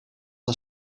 een